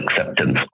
acceptance